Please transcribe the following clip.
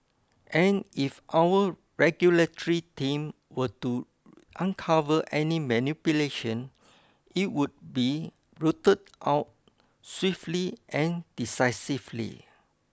and if our regulatory team were to uncover any manipulation it would be rooted out swiftly and decisively